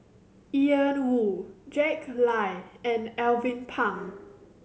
Ian Woo Jack Lai and Alvin Pang